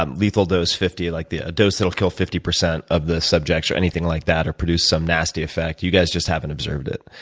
ah lethal dose fifty, like a dose that'll kill fifty percent of the subjects or anything like that or produce some nasty effect. you guys just haven't observed it?